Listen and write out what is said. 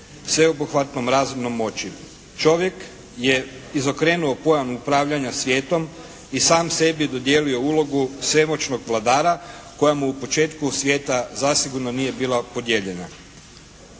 sveobuhvatnom razornom moći. Čovjek je izokrenuo pojam upravljanja svijetom i sam sebi dodijelio ulogu svemoćnog vladara koja mu u početku svijeta zasigurno nije bila podijeljena.